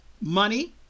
Money